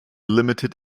limited